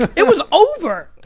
it was over.